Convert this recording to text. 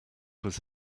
was